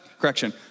Correction